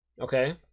Okay